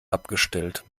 abgestellt